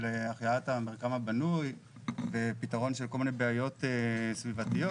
החייאת המרקם הבנוי ופתרון של כל מיני בעיות סביבתיות,